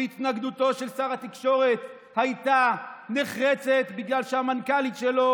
והתנגדותו של שר התקשורת הייתה נחרצת בגלל שהמנכ"לית שלו